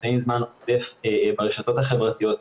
נמצאים זמן עודף ברשתות החברתיות,